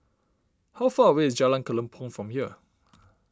how far away is Jalan Kelempong from here